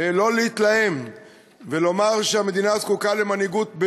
לא להתלהם ולומר שהמדינה זקוקה למנהיגות,